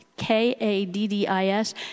K-A-D-D-I-S